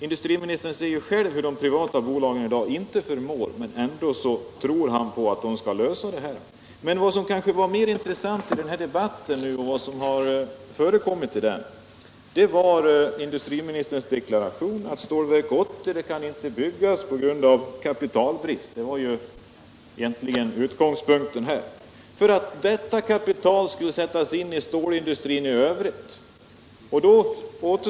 Industriministern ser ju själv hur de privata bolagen i dag inte förmår klara situationen — ändå tror han att de skall lösa problemen. Mer intressant var industriministerns deklaration att Stålverk 80 inte kan byggas på grund av kapitalbrist. Detta kapital skulle sättas in i stålindustrin i övrigt.